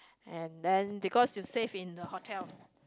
and then because you safe in the hotel